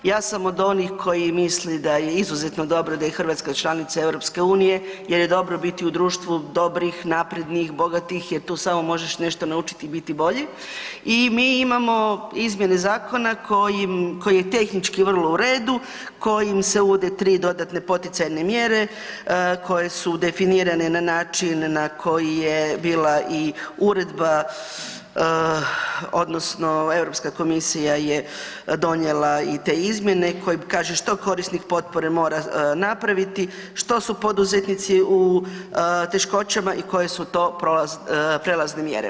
Ja sam od onih koji misle da je izuzetno dobro da je Hrvatska članica EU jer je dobro biti u društvu dobrih, naprednih, bogatih jel tu samo možeš nešto naučit i biti bolji i mi imamo izmjene zakona koji je tehnički vrlo u redu, kojim se uvode 3 dodatne poticajne mjere koje su definirane na način na koji je bila i uredba odnosno Europska komisija je donijela i te izmjene koje kaže što korisnik potpore mora napraviti, što su poduzetnici u teškoćama i koje su to prelazne mjere.